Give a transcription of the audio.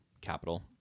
capital